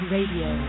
Radio